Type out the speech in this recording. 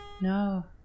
No